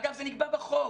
אגב, זה נקבע בחוק.